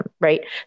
right